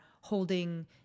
holding